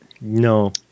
No